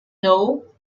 know